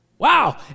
Wow